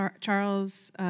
Charles